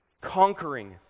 conquering